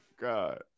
God